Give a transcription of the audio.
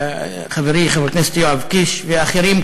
חברי חבר הכנסת יואב קיש ואחרים,